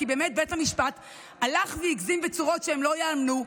כי בית המשפט הלך והגזים בצורות שלא ייאמנו.